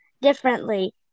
differently